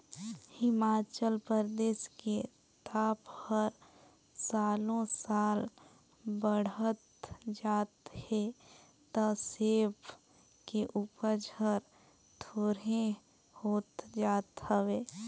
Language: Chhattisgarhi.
हिमाचल परदेस के ताप हर सालो साल बड़हत जात हे त सेब के उपज हर थोंरेह होत जात हवे